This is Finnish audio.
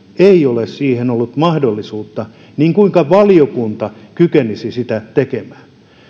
ei ole siihen ollut mahdollisuutta niin kuinka valiokunta kykenisi sitä tekemään